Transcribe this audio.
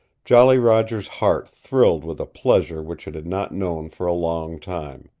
jolly roger's heart thrilled with a pleasure which it had not known for a long time.